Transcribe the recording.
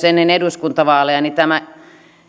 ennen eduskuntavaaleja niin tämä